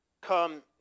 come